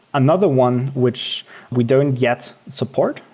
another one, which we don't yet support,